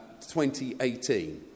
2018